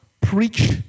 Preach